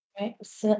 Right